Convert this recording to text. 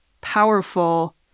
powerful